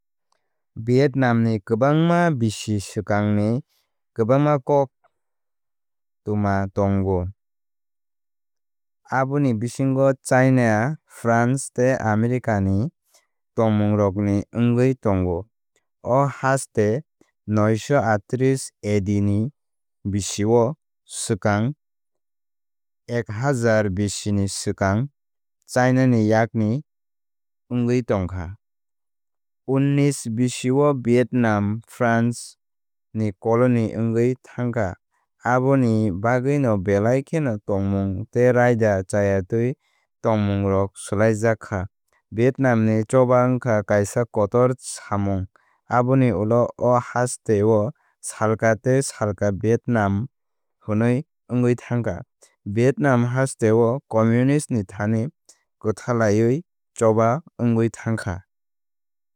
Vietnam ni kwbangma bisi swkangni kwbangma koktwma tongo. Aboni bisingo China France tei America ni tongmungrokni wngwi tongo. O haste noisho eitreesh AD ni bisio swkang ek hazar bisini swkang Chinani yakni wngwi tongkha. Unnish bisio Vietnam France ni colony wngwi thangkha aboni bagwino belai kheno tongmung tei raida chayatwi tongmungrok swlaijak kha. Vietnam ni choba wngkha kaisa kotor samung aboni ulo o hasteo salka tei salka Vietnam hwnwi wngwi thangkha. Vietnam hasteo communist ni thani kwthalaiwi choba wngwi thangkha.